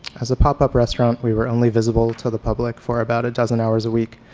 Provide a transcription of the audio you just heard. as a pop-up restaurant, we were only visible to the public for about a dozen hours a week,